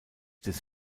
des